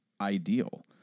ideal